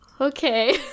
okay